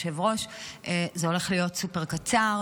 כמו שאלמוג כהן אמר לי --- חבר הכנסת שוסטר,